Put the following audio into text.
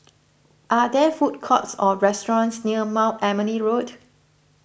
are there food courts or restaurants near Mount Emily Road